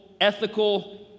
ethical